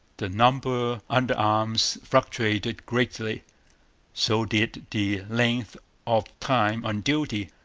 the number under arms fluctuated greatly so did the length of time on duty.